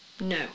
No